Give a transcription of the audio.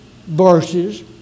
verses